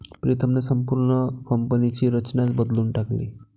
प्रीतमने संपूर्ण कंपनीची रचनाच बदलून टाकली